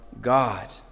God